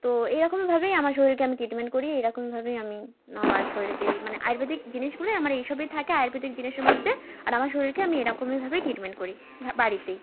তো এইরকম ভাবেই আমার শরীরকে আমি ট্রিটমেন্ট করি এরকমই ভাবেই আমি আমার শরীরকেই মানে আয়ুর্বেদিক জিনিসগুলোই আমার এইসবের থাকে আয়ুর্বেদিক জিনিসের মধ্যে আর আমার শরীরকে আমি এরকমই ভাবেই ট্রিটমেন্ট করি বাড়িতেই